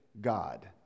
God